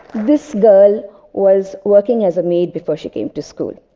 this girl was working as a maid before she came to school.